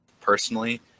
personally